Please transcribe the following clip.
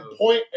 point